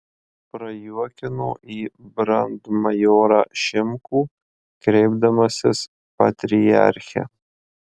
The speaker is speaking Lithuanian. prajuokino į brandmajorą šimkų kreipdamasis patriarche